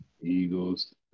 Eagles